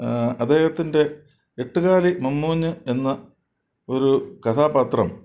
അദ്ദേഹത്തിൻ്റെ എട്ടുകാലി മമ്മൂഞ്ഞ് എന്ന ഒരു കഥാപാത്രം